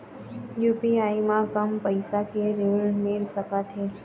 UPI म कम पैसा के ऋण मिल सकथे?